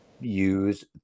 use